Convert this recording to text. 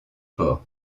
port